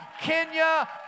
Kenya